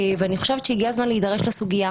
אני חושבת שהגיע הזמן להידרש לסוגיה.